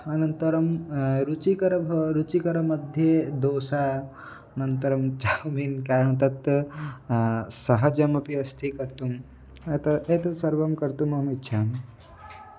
अनन्तरं रुचिकरं रुचिकरमध्ये दोसा अनन्तरं झामिन् कारणं तत् सहजमपि अस्ति कर्तुं एतत् एतद् सर्वं कर्तुम् अहम् इच्छामि